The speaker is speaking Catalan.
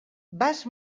vas